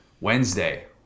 Wednesday